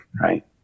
right